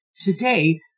Today